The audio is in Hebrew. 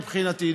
מבחינתי,